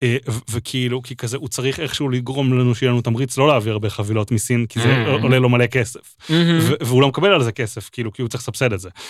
וכאילו כי כזה הוא צריך איכשהו לגרום לנו שיהיה לנו תמריץ לא להעביר הרבה חבילות מסין כי זה עולה לו מלא כסף והוא לא מקבל על זה כסף כאילו כי הוא צריך לספסד את זה.